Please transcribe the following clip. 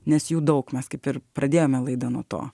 nes jų daug mes kaip ir pradėjome laidą nuo to